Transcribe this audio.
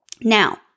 Now